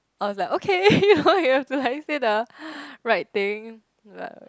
I was like okay you know you have to like say the right thing